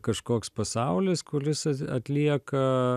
kažkoks pasaulis kulis at atlieka